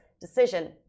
decision